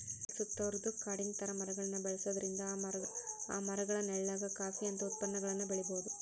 ಹೊಲದ ಸುತ್ತಾರಾದ ಕಾಡಿನ ತರ ಮರಗಳನ್ನ ಬೆಳ್ಸೋದ್ರಿಂದ ಆ ಮರಗಳ ನೆಳ್ಳಾಗ ಕಾಫಿ ಅಂತ ಉತ್ಪನ್ನಗಳನ್ನ ಬೆಳಿಬೊದು